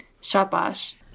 Shabash